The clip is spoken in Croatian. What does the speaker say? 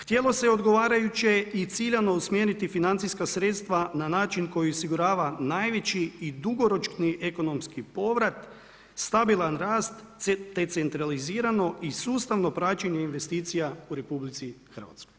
Htjelo se odgovarajuće i ciljano usmjeriti financijska sredstva, na način, koji osigurava najveći i dugoročni ekonomski povrat, stabilan rast te centralizirano i sustavno praćenje investicija u RH.